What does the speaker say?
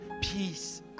peace